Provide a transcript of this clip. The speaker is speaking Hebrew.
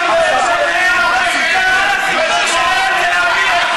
כל הסיפור שלהם זה להביא,